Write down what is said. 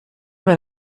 wenn